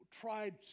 tried